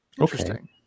interesting